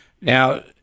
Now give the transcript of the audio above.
Now